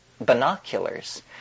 binoculars